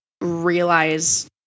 realize